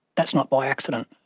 that's not by accident,